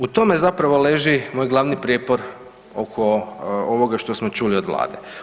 U tome zapravo leži moj glavni prijepor oko ovoga što smo čuli od Vlade.